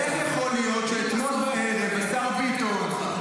איך יכול להיות שאתמול בערב ------- השר ביטון,